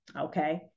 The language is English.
okay